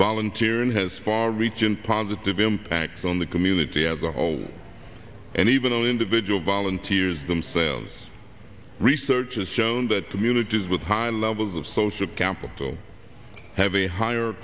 volunteer in has far reaching positive impacts on the community as a whole and even on individual volunteers themselves research has shown that communities with high levels of social capital have a higher